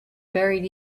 buried